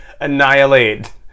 annihilate